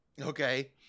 Okay